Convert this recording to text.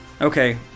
Okay